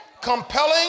compelling